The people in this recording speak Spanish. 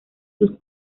sus